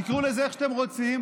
תקראו לזה איך שאתם רוצים,